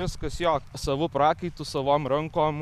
viskas jo savu prakaitu savom rankom